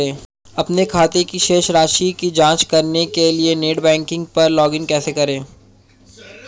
अपने खाते की शेष राशि की जांच करने के लिए नेट बैंकिंग पर लॉगइन कैसे करें?